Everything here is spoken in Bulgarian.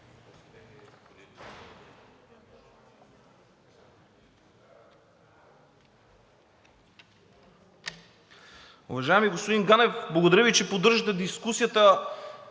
Уважаеми господин Ганев, благодаря Ви, че поддържате дискусията,